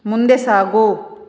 ಮುಂದೆ ಸಾಗು